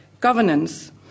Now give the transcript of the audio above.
governance